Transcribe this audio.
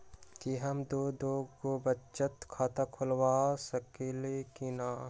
कि हम दो दो गो बचत खाता खोलबा सकली ह की न?